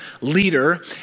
leader